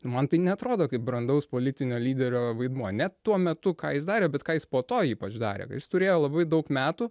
man tai neatrodo kaip brandaus politinio lyderio vaidmuo net tuo metu ką jis darė bet ką jis po to ypač darė kai jis turėjo labai daug metų